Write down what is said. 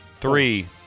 Three